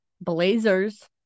blazers